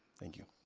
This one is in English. thank you.